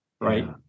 right